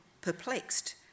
perplexed